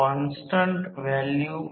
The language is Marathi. तर त्या व्हेरिएएसी ला हळू हळू हलवावे लागेल